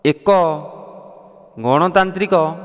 ଏକ ଗଣତାନ୍ତ୍ରିକ